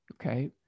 okay